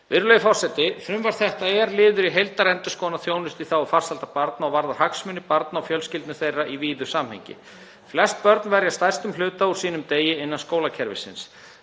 Virðulegi forseti. Frumvarp þetta er liður í heildarendurskoðun á þjónustu í þágu farsældar barna og varðar hagsmuni barna og fjölskyldna þeirra í víðu samhengi. Flest börn verja stærstum hluta úr sínum degi innan skólakerfisins.